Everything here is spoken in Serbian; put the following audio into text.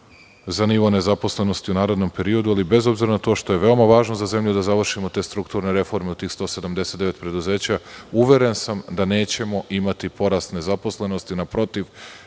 za nivo nezaposlenosti u narednom periodu, ali, bez obzira na to što je veoma važno za zemlju da završimo te strukturne reforme u tih 179 preduzeća, uveren sam da nećemo imati porast nezaposlenosti. Naprotiv,